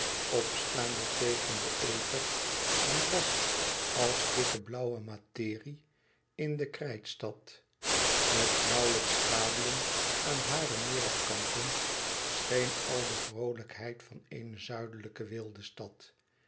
opstaande tegen den ether die was als dikke blauwe materie in de krijtstad met nauwlijks schaduwen aan hare noordkanten scheen al de vroolijkheid van eene zuidelijke weeldestad